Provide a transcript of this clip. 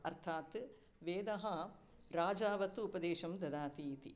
अर्थात् वेदः राजावत् उपदेशं ददाति इति